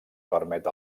permet